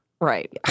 Right